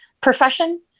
profession